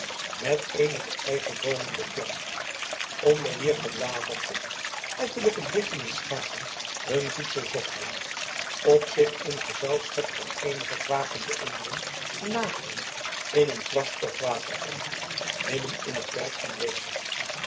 met eenige ijpeboomen beplant onder wier gebladerte ettelijke biggen en schapen hun voedsel zochten of zich in gezelschap van eenige kwakende eenden laafden in een plas of waterkom midden in het perk aanwezig